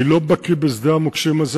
אני לא בקי בשדה המוקשים הזה.